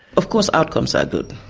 of course, outcomes are good,